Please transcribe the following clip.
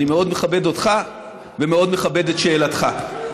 אני מאוד מכבד אותך ומאוד מכבד את שאלתך.